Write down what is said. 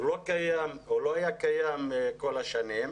הוא לא היה קיים כל השנים,